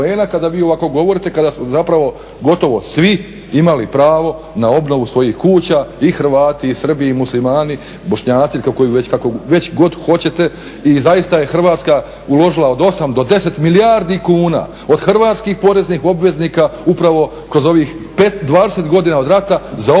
kada vi ovako govorite, kada su zapravo gotovo svi imali pravo na obnovu svojih kuća i Hrvati i Srbi i Muslimani, Bošnjaci kako već god hoćete i zaista je Hrvatska uložila od 8 do 10 milijardi kuna od hrvatskih poreznih obveznika upravo kroz ovih 20 godina od rata za obnovu